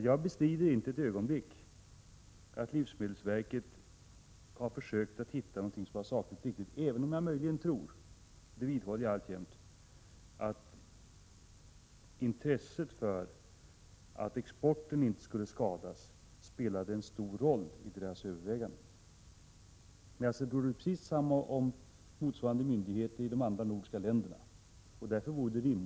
Jag bestrider inte ett ögonblick att livsmedelsverket har försökt hitta någonting som är sakligt riktigt, även om jag vidhåller att jag tror att intresset för att exporten inte skulle skadas möjligen spelade en stor rolli dess överväganden. Men jag tror att motsvarande myndigheter i de andra nordiska länderna också eftersträvar sakligt motiverade gränsvärden.